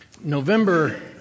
November